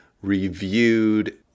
reviewed